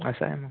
असं आहे ना